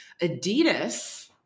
Adidas